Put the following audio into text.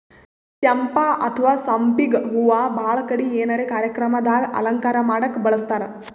ಚಂಪಾ ಅಥವಾ ಸಂಪಿಗ್ ಹೂವಾ ಭಾಳ್ ಕಡಿ ಏನರೆ ಕಾರ್ಯಕ್ರಮ್ ದಾಗ್ ಅಲಂಕಾರ್ ಮಾಡಕ್ಕ್ ಬಳಸ್ತಾರ್